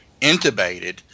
intubated